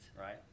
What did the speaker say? right